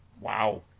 wow